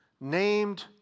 named